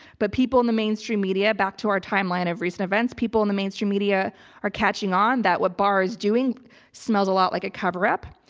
but people in the mainstream media back to our timeline of recent events, people in the mainstream media are catching on that what barr's doing smells a lot like a coverup.